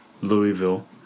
Louisville